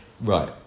Right